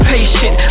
Patient